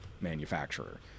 manufacturer